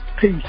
Peace